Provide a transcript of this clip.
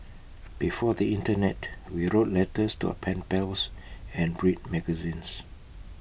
before the Internet we wrote letters to our pen pals and read magazines